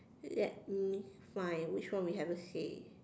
let me find which one we haven't say